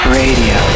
radio